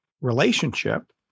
relationship